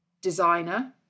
designer